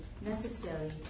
necessary